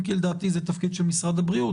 אם כי לדעתי זה תפקיד של משרד הבריאות.